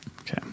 okay